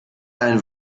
einen